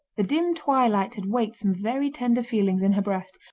the dim twilight had waked some very tender feelings in her breast,